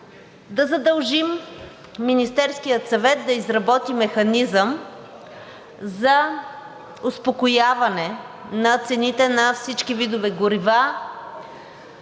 да задължим Министерския съвет да изработи механизъм за успокояване на цените на всички видове горива